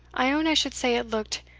i own i should say it looked,